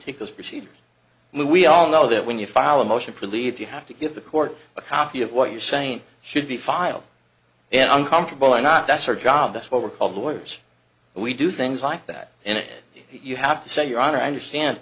undertake those procedures and we all know that when you file a motion for leave you have to give the court a copy of what you're saying should be filed and uncomfortable or not that's our job that's what we're called lawyers we do things like that in it you have to say your honor i understand